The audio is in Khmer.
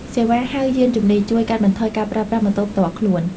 សេវាហៅយានជំនិះ ជួយកាត់បន្ថយការប្រើប្រាស់ម៉ូតូផ្ទាល់ខ្លួន។